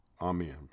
Amen